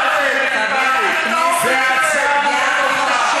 כשאני הייתי בממשלה טיפלתי ועצרתי את התופעה.